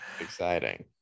Exciting